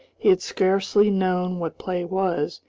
he had scarcely known what play was,